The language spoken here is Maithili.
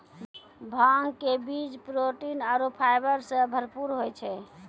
भांग के बीज प्रोटीन आरो फाइबर सॅ भरपूर होय छै